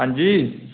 हांजी